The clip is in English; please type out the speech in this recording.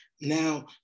now